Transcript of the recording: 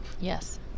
Yes